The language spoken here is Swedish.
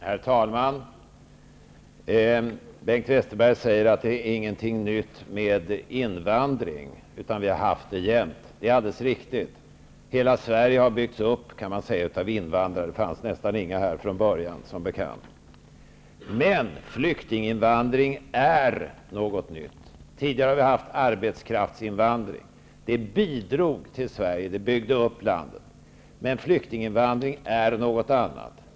Herr talman! Bengt Westerberg säger att invandringen inte är något nytt, utan vi har haft invandrare jämt. Det är alldeles riktigt. Hela Sverige har byggts upp av invandrare. Det fanns inga här från början som bekant. Men flyktinginvandring är någonting nytt. Tidigare har vi haft arbetskraftsinvandring, som bidrog till att bygga upp landet Sverige. Men flyktinginvandringen är någonting annat.